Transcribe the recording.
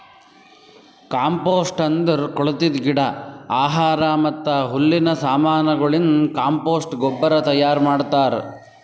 compost ಅಂದುರ್ ಕೊಳತಿದ್ ಗಿಡ, ಆಹಾರ ಮತ್ತ ಹುಲ್ಲಿನ ಸಮಾನಗೊಳಲಿಂತ್ ಕಾಂಪೋಸ್ಟ್ ಗೊಬ್ಬರ ತೈಯಾರ್ ಮಾಡ್ತಾರ್